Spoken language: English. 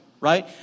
right